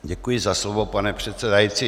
Děkuji za slovo, pane předsedající.